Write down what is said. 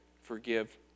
Forgive